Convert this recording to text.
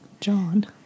John